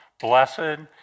Blessed